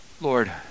Lord